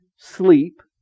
sleep